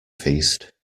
feast